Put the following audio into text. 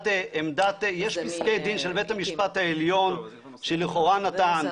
יש פסקי דין של בית המשפט העליון שלכאורה נתן,